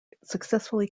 successfully